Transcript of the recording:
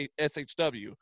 SHW